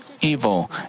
evil